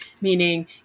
Meaning